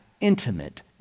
intimate